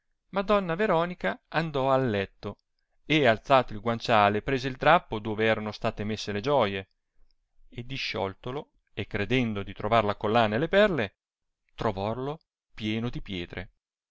madonna veronica andò al letto e alzato il guanciale prese il drappo dove erano state messe le gioie e discioltolo e credendo trovar la collana e le perle trovouo pieno di pietre